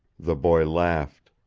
the boy laughed.